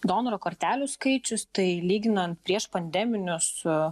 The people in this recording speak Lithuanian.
donoro kortelių skaičius tai lyginant prieš pandeminius